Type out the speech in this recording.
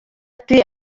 ati